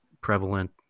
prevalent